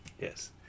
Yes